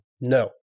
no